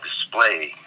display